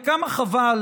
וכמה חבל